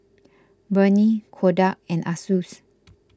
Burnie Kodak and Asus